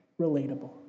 relatable